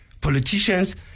politicians